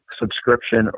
subscription